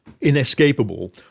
inescapable